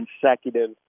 consecutive